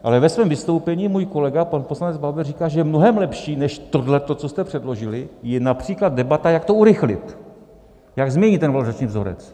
Ale ve svém vystoupení můj kolega pan poslanec Bauer říká, že mnohem lepší než tohle, co jste předložili, je například debata, jak to urychlit, jak změnit ten valorizační vzorek.